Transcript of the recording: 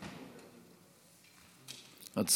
תקנות שעת חירום (נגיף הקורונה החדש) (אזור מוגבל),